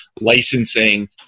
licensing